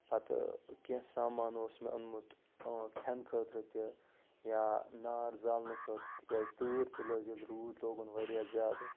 پتہٕ کیٚنٛہہ سامان اوس مےٚ اوٚنمُت کھٮ۪نہٕ خٲطرٕ تہِ یا نار زالنہٕ خٲطرٕ تِکیٛازِ تۭر تہِ لٔج ییٚلہِ روٗد لوگُن وارِیاہ زیادٕ